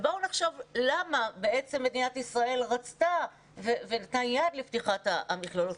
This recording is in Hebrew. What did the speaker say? ובואו נחשוב למה מדינת ישראל רצתה ונתנה יד לפתיחת המכללות.